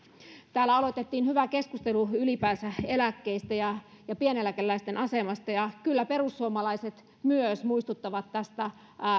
täällä aloitettiin hyvä keskustelu ylipäänsä eläkkeistä ja ja pieneläkeläisten asemasta ja kyllä perussuomalaiset myös muistuttavat tästä